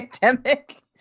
pandemic